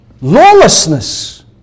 Lawlessness